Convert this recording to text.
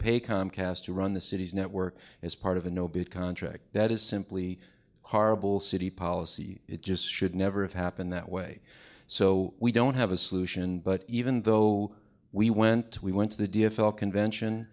pay comcast to run the city's network as part of a no bid contract that is simply horrible city policy it just should never have happened that way so we don't have a solution but even though we went to we went to the d f l convention